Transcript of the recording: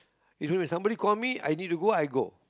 even if somebody call me I need to go I go